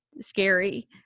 scary